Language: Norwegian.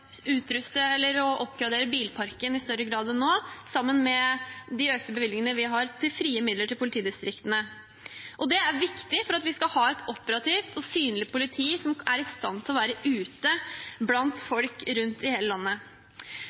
oppgradere bilparken i større grad enn nå – sammen med de økte bevilgningene vi har til frie midler til politidistriktene. Dette er viktig for at vi skal ha et operativt og synlig politi som er i stand til å være ute blant folk rundt i hele landet.